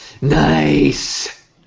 Nice